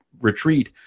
retreat